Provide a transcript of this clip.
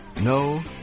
No